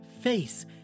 face